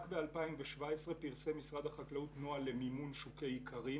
רק ב-2017 פרסם משרד החקלאות נוהל למימון שוקי איכרים.